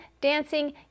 dancing